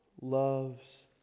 loves